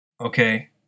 Okay